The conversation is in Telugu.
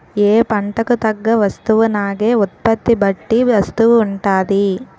ఏ పంటకు తగ్గ వస్తువునాగే ఉత్పత్తి బట్టి వస్తువు ఉంటాది